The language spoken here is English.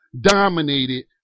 dominated